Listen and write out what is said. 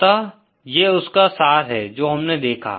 अतः ये उसका सार है जो हमने देखा